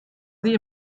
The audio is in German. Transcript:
sie